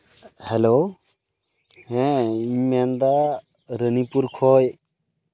hello ᱤᱧ ᱢᱮᱱᱮᱫᱟ ᱨᱟᱹᱱᱤᱯᱩᱨ ᱠᱷᱚᱡ